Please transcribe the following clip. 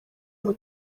ngo